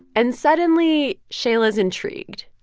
and suddenly, shaila's intrigued.